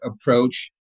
approach